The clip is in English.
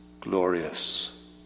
glorious